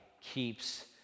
keeps